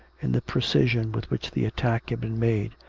in the precision with which the attack had been made,